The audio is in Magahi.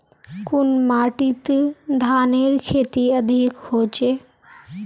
कुन माटित धानेर खेती अधिक होचे?